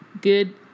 good